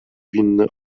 winny